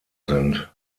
sind